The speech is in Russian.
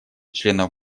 членов